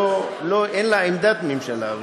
אין עליה עמדת ממשלה,